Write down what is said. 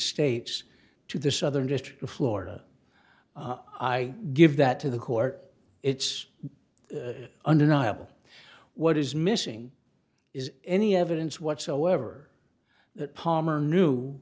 states to the southern district of florida i give that to the court it's undeniable what is missing is any evidence whatsoever that palmer knew